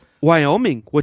Wyoming